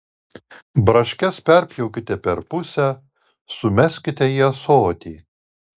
braškes perpjaukite per pusę sumeskite į ąsotį